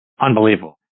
unbelievable